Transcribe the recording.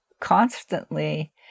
constantly